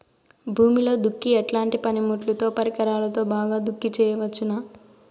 భూమిలో దుక్కి ఎట్లాంటి పనిముట్లుతో, పరికరాలతో బాగా దుక్కి చేయవచ్చున?